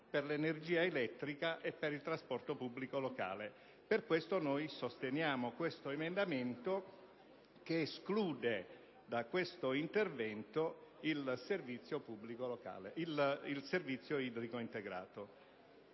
per l'energia elettrica e per il trasporto pubblico locale. Per questo motivo, sosteniamo l'emendamento 15.84 che esclude da questo intervento il servizio idrico integrato.